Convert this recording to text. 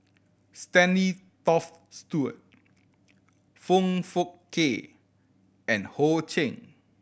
Stanley Toft Stewart Foong Fook Kay and Ho Ching